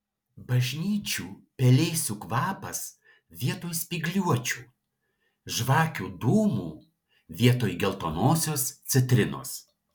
bažnyčių pelėsių kvapas vietoj spygliuočių žvakių dūmų vietoj geltonosios citrinos